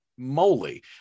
moly